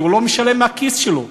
כי הוא לא משלם מהכיס שלו,